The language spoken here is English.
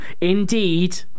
indeed